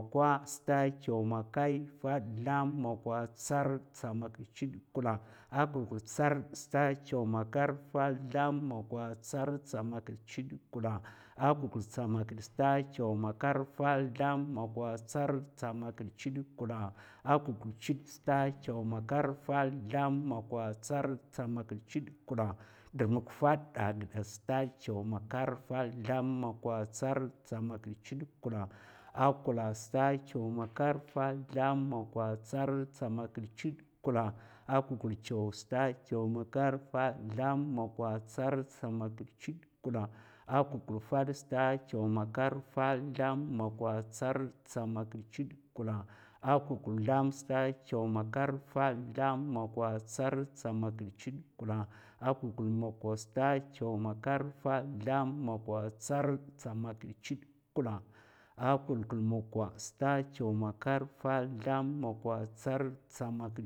Mokwa. stad, chaw, makar, fad, zlam, mokwa, tsarrd, tsamakid, chudè, kulla. a kulkul tsarrd. stad, chaw, makar, fad, zlam, mokwa, tsarrd, tsamakid, chudè, kulla. a kulkul tsamakid. stad, chaw, makar, fad, zlam, mokwa, tsarrd, tsamakid, chudè, kulla. a kukukl chudè. stad, chaw, makar, fad, zlam, mokwa, tsarrd, tsamakid, chudè, kulla. dr'mak fad a ghidè stad. stad, chaw, makar, fad, zlam, mokwa, tsarrd, tsamakid, chudè, kulla. a kulla. stad, chaw, makar, fad, zlam, mokwa, tsarrd, tsamakid, chudè, kulla. a kulkul chaw. stad, chaw, makar, fad, zlam, mokwa, tsarrd, tsamakid, chudè, kulla. a kulkul fad. stad, chaw, makar, fad, zlam, mokwa, tsarrd, tsamakid, chudè, kulla. A kulkul zlam. stad, chaw, makar, fad, zlam, mokwa, tsarrd, tsamakid, chudè, kulla. a kulkul mokwa. stad, chaw, makar, fad, zlam, mokwa, tsarrd, tsamakid.